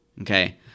okay